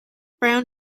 brown